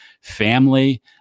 family